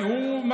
כי הוא,